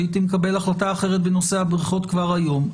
הייתי מקבל החלטה אחרת בנושא הבריכות כבר היום.